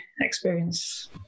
experience